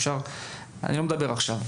אני לא מדבר עכשיו,